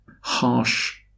harsh